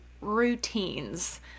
routines